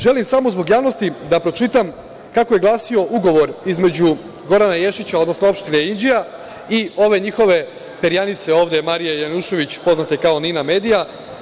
Želim samo zbog javnosti da pročitam kako je glasio ugovor između Gorana Ješića, odnosno Opštine Inđija i ove njihove perjanice ovde Marije Janjušević, poznate kao „Nina medija“